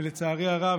ולצערי הרב,